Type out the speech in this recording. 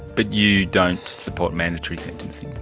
but you don't support mandatory sentencing?